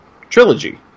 trilogy